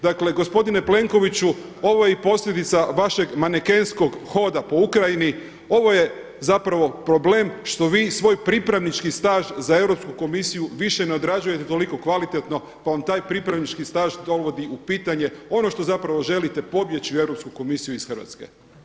Dakle, gospodine Plenkoviću ovo je i posljedica vašeg manekenskog hoda po Ukrajini, ovo je zapravo problem što vi svoj pripravnički staž za Europsku komisiju više ne odrađujete toliko kvalitetno, pa vam taj pripravnički staž dovodi u pitanje ono što zapravo želite pobjeći u Europsku komisiju iz Hrvatske.